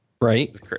Right